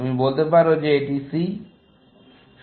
তুমি বলতে পারো যে এটি C